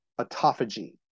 autophagy